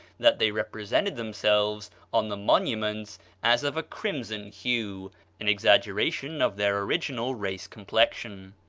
that they represented themselves on the monuments as of a crimson hue an exaggeration of their original race complexion.